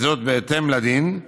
בהתאם לדין,